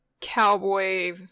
cowboy